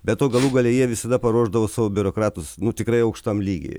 be to galų gale jie visada paruošdavo savo biurokratus nu tikrai aukštam lygyje